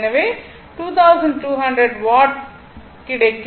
எனவே 2200 வாட் கிடைக்கும்